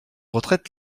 retraite